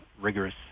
rigorous